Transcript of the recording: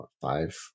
five